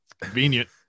Convenient